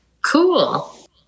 Cool